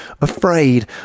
afraid